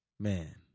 Man